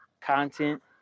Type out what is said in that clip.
content